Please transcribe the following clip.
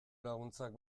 laguntzak